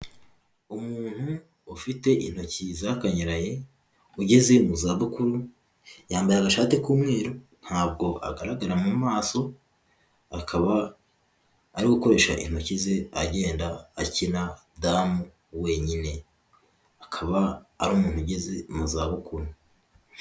Umuntu ufite intoki zakanyaraye, ugeze mu zabukuru, yambaye agashati k'umweru, ntabwo agaragara mu maso, akaba ari gukoresha intoki ze, agenda akina damu wenyine. Akaba ari umuntu ugeze mu za bukuru.